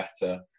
better